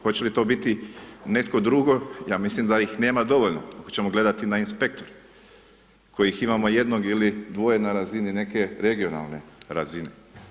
Hoće li to biti netko drugo, ja mislim da ih nema dovoljno pa ćemo gledati na inspektore kojih imamo jednog ili dvoje na razini neke regionalne razine.